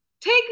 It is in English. take